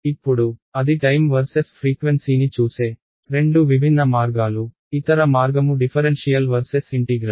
ఇప్పుడు అది time versus ఫ్రీక్వెన్సీని చూసే రెండు విభిన్న మార్గాలు ఇతర మార్గము డిఫరెన్షియల్ వర్సెస్ ఇంటిగ్రల్